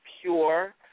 pure